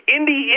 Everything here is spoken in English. Indy